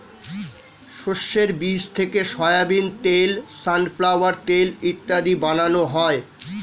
শস্যের বীজ থেকে সোয়াবিন তেল, সানফ্লাওয়ার তেল ইত্যাদি বানানো হয়